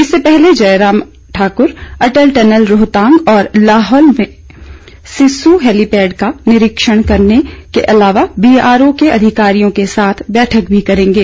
इससे पहले जयराम ठाकुर अटल टनल रोहतांग और लाहौल में सिस्सु हेलीपैड का निरीक्षण करने अलावा बीआरओ के अधिकारियों के साथ बैठक भी करेंगे